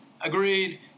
Agreed